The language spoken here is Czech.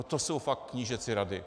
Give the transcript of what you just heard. To jsou fakt knížecí rady.